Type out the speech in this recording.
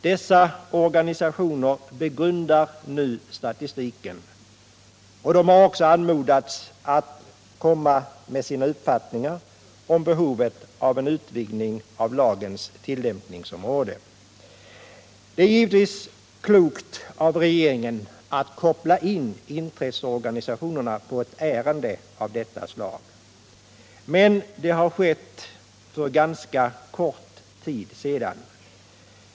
Dessa organisationer begrundar nu statistiken. De har också anmodats att framföra sina uppfattningar om behovet att utvidga lagens tillämpningsområde. Det är givetvis klokt av regeringen att koppla in intresseorganisationerna på ett ärende av detta slag. Men det har skett för ganska kort tid sedan.